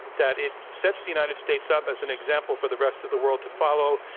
that it sets the united states up as an example for the rest of the world to follow,